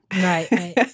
Right